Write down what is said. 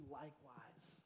likewise